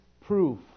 proof